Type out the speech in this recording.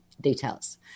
details